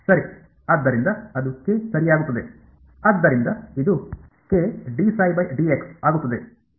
ಸರಿ ಆದ್ದರಿಂದ ಅದು ಕೆ ಸರಿಯಾಗುತ್ತದೆ ಆದ್ದರಿಂದ ಇದು ಆಗುತ್ತದೆ